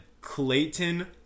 Clayton